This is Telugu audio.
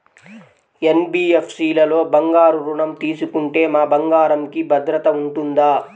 ఎన్.బీ.ఎఫ్.సి లలో బంగారు ఋణం తీసుకుంటే మా బంగారంకి భద్రత ఉంటుందా?